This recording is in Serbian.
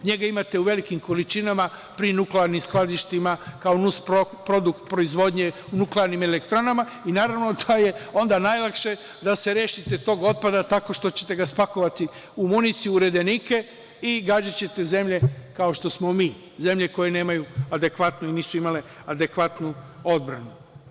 NJega imate u velikim količinama pri nuklearnim skladištima kao nus produkt proizvodnje u nuklearnim elektranama i naravno da je onda najlakše da se rešite tog otpada tako što ćete ga spakovati u municiju, u redenike i gađaćete zemlje kao što smo mi, zemlje koje nisu imale adekvatnu odbranu.